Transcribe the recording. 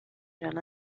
جان